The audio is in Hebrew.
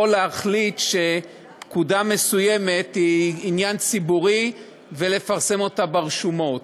יכול להחליט שפקודה מסוימת היא עניין ציבורי ולפרסם אותה ברשומות.